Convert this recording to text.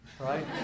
Right